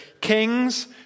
kings